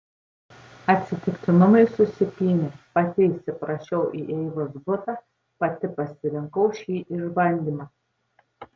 atsitiktinumai susipynė pati įsiprašiau į eivos butą pati pasirinkau šį išbandymą